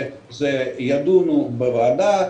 זה יידון בוועדה,